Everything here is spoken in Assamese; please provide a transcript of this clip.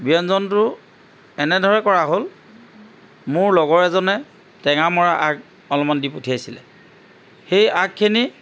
ব্যঞ্জনটো এনেদৰে কৰা হ'ল মোৰ লগৰ এজনে টেঙা মৰা আগ অলপমান দি পঠিয়াইছিলে সেই আগখিনি